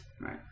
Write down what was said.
Right